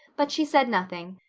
but she said nothing.